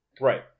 Right